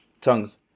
tongues